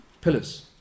pillars